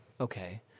Okay